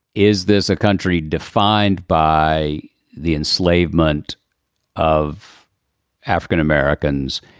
is this a country defined by the enslavement of african-americans?